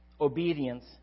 obedience